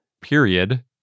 period